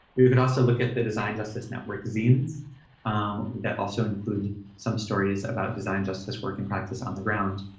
you could also look at the design justice network zines that also include some stories about design justice, working practice on the ground.